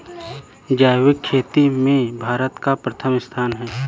जैविक खेती में भारत का प्रथम स्थान